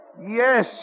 Yes